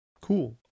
Cool